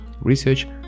research